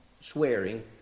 swearing